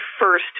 first